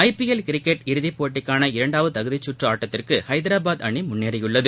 IPL cricket இறதிப்போட்டிக்கான இரண்டாவது தகுதிச்சுற்று ஆட்டத்திற்கு ஹைதராபாத் அணி முன்னேறியுள்ளது